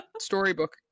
storybook